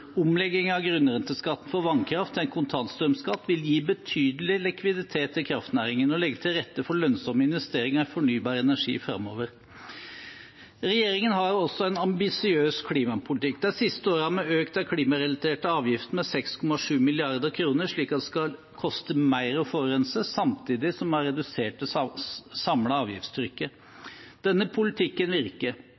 Omlegging av grunnrenteskatten for vannkraft til en kontantstrømskatt vil gi betydelig likviditet til kraftnæringen og legge til rette for lønnsomme investeringer i fornybar energi framover. Regjeringen har også en ambisiøs klimapolitikk. De siste årene har vi økt de klimarelaterte avgiftene med 6,7 mrd. kr, slik at det skal koste mer å forurense, samtidig som vi har redusert det samlede avgiftstrykket.